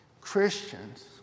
Christians